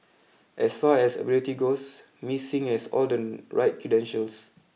as far as ability goes Ms Sing has all the right credentials